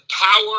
power